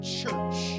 church